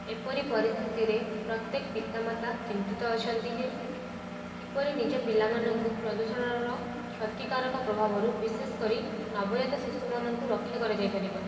ଏପରି ପରିସ୍ଥିତିରେ ପ୍ରତ୍ୟେକ ପିତାମାତା ଚିନ୍ତିତ ଅଛନ୍ତି ଯେ କିପରି ନିଜ ପିଲାମାନଙ୍କୁ ପ୍ରଦୂଷଣର କ୍ଷତିକାରକ ପ୍ରଭାବରୁ ବିଶେଷ କରି ନବଜାତ ଶିଶୁମାନଙ୍କୁ ରକ୍ଷା କରାଯାଇପାରିବ